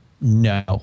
No